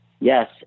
Yes